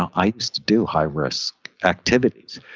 i used to do high risk activities.